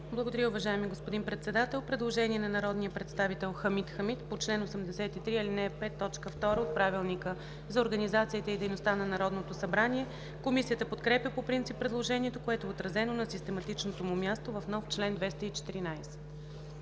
ДОКЛАДЧИК АННА АЛЕКСАНДРОВА: Има предложение на народния представител Хамид Хамид по чл. 83, ал. 5, т. 2 от Правилника за организацията и дейността на Народното събрание. Комисията подкрепя по принцип предложението, което е отразено на систематичното му място в нов чл. 214.